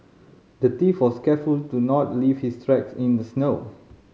the thief was careful to not leave his tracks in the snow